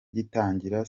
gitangira